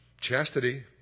chastity